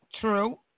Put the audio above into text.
True